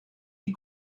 die